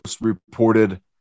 reported